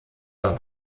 bei